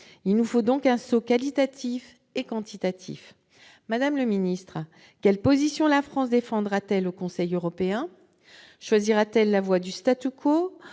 Il nous faut donc faire un saut qualitatif et quantitatif. Madame le ministre, quelle position la France défendra-t-elle au Conseil européen ? Choisira-t-elle la voie du, ou